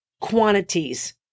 quantities